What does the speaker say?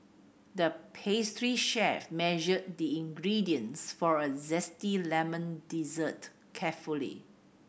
the pastry chef measured the ingredients for a zesty lemon dessert carefully